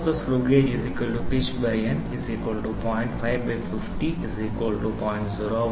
C of the Screw Gauge Pitchn 0